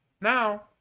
now